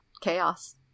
chaos